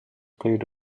played